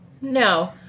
No